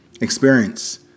experience